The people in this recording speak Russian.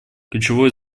ключевое